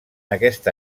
aquesta